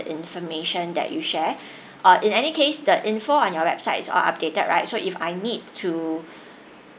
information that you share or in any case the info on your websites is all updated right so if I need to